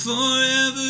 Forever